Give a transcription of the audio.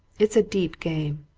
it's a deep game.